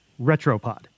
Retropod